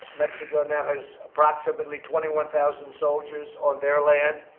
mexico now has approximately twenty one thousand soldiers on their land.